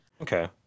Okay